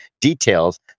details